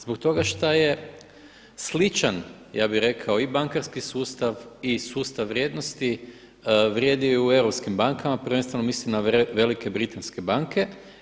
Zbog toga šta je sličan ja bih rekao i bankarski sustav i sustav vrijednosti vrijedi i u europskim bankama, prvenstveno mislim na velike britanske banke.